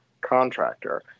contractor